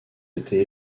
été